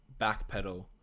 backpedal